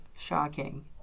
Shocking